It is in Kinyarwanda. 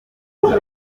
cumi